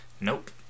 Nope